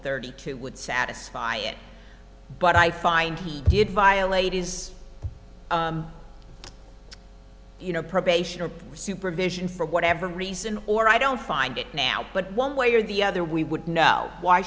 thirty two would satisfy it but i find he did violate is you know probation or supervision for whatever reason or i don't find it now but one way or the other we would know why